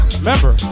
remember